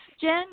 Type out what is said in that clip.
Jen